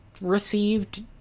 received